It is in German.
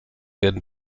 werden